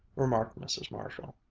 remarked mrs. marshall,